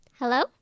Hello